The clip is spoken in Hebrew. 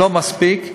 לא מספיק.